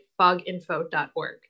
foginfo.org